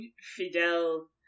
Fidel